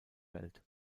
welt